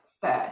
first